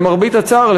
למרבה הצער,